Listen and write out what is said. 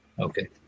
Okay